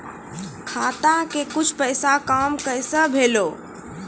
खाता के कुछ पैसा काम कैसा भेलौ?